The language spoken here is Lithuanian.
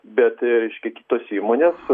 bet reiškia kitos įmonės